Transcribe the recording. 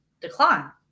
decline